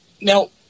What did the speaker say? Now